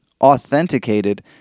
authenticated